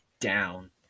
down